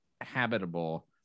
habitable